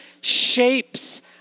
shapes